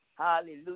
hallelujah